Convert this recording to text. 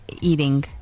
eating